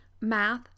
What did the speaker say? math